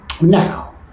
Now